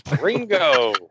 Ringo